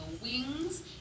wings